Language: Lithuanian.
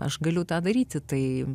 aš galiu tą daryti tai